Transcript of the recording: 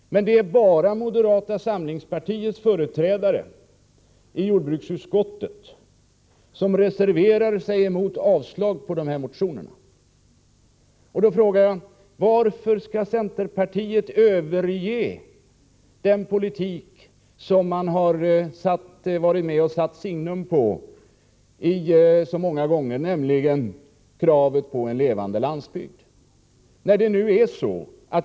Ändå är det bara moderata samlingspartiets företrädare i jordbruksutskottet som instämmer och reserverar sig mot avslag på motionerna. Då frågar jag: Varför överger centerpartiet den politik som man velat sätta eget signum på så många gånger, nämligen kravet på en levande landsbygd?